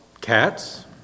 cats